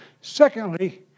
Secondly